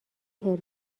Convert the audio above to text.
حرفه